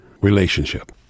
relationship